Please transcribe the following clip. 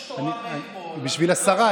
לאפשר,